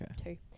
okay